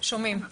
שומעים?